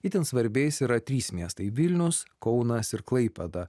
itin svarbiais yra trys miestai vilnius kaunas ir klaipėda